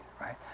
Right